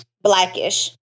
Blackish